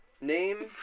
Name